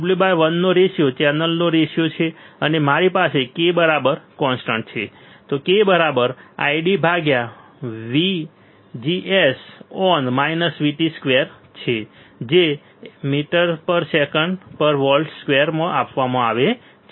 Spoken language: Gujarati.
W l નો રેશિયો ચેનલનો રેશિયો છે અને મારી પાસે k બરાબર કોન્સ્ટન્ટ k ID 2 જે ms v2 માં આપવામાં આવે છે